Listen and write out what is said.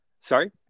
Sorry